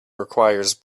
requires